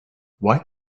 why